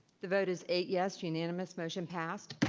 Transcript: the vote is eight, yes, unanimous motion passed.